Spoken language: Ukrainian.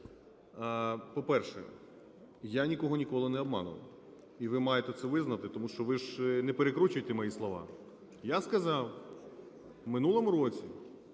по-перше, я ніколи нікого не обманював, і ви маєте це визнати, тому що ви ж не перекручуйте мої слова. Я сказав в минулому році